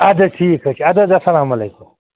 اَدٕ حظ ٹھیٖک حظ چھُ اَدٕ حظ السلام علیکُم